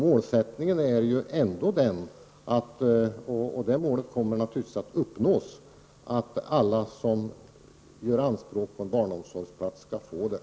Målsättningen är, och det målet kommer att uppnås, att alla som gör anspråk på en barnomsorgsplats skall få det.